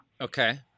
Okay